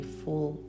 full